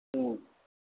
ம்